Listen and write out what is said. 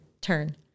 turn